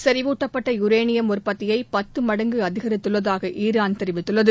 செறிவூட்டப்பட்ட யூரேனியம் உற்பத்தியை பத்து மடங்கு அதிகித்துள்ளதாக ஈரான் தெரிவித்துள்ளது